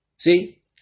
See